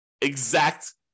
exact